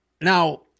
Now